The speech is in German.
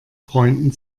freunden